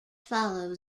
follow